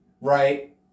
right